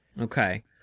Okay